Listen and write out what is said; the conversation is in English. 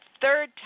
third